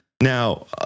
Now